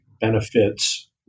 Benefits